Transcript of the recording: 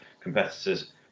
competitors